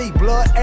blood